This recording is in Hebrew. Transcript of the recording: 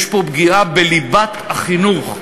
יש פה פגיעה בליבת החינוך,